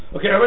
Okay